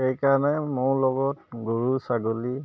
সেইকাৰণে মোৰ লগত গৰু ছাগলী